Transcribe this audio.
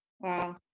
Wow